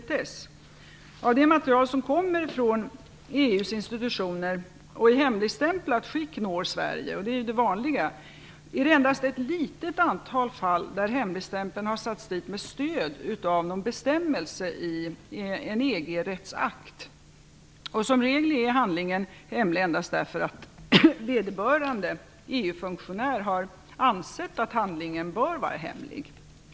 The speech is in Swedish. Vad gäller det material som kommer från EU:s institutioner och i hemligstämplat skick når Sverige - det är ju det vanliga - har hemligstämpeln satts dit med stöd av någon bestämmelse i en EG-rättsakt i endast ett litet antal fall. Som regel är handlingen hemlig endast därför att vederbörande EU-funktionär har ansett att handlingen bör vara hemlig.